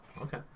okay